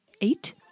eight